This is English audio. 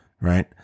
right